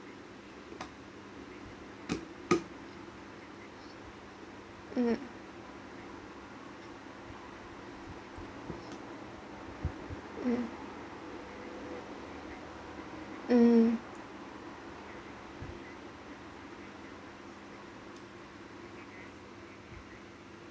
mm mm mm